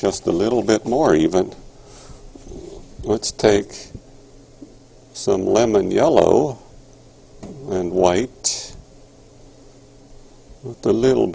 just a little bit more even let's take some lemon yellow and white a little